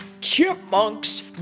Chipmunks